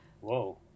Whoa